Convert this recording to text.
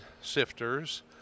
sifters